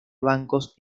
bancos